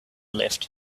left